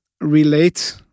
relate